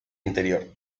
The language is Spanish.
interior